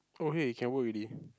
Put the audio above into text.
oh hey it can work ready